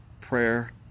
prayer